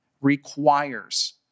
requires